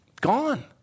gone